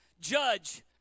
judge